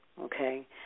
okay